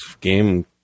game